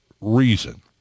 reason